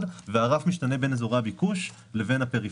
והרף משתנה בין אזורי הביקוש לבין הפריפריה.